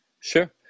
Sure